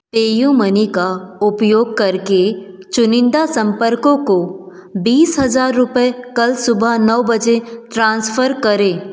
PayU money का उपयोग करके चुनिंदा संपर्कों को बीस हज़ार रुपये कल सुबह नौ बजे ट्रांसफ़र करें